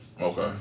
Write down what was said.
Okay